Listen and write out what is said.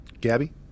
Gabby